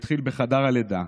שהתחיל בחדר הלידה,